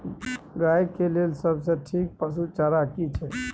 गाय के लेल सबसे ठीक पसु चारा की छै?